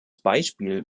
beispiel